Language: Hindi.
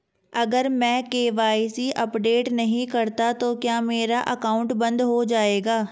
अगर मैं के.वाई.सी अपडेट नहीं करता तो क्या मेरा अकाउंट बंद हो जाएगा?